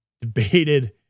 debated